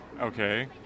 Okay